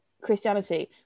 christianity